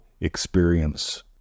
experience